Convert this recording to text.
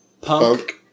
punk